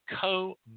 Co